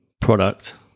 product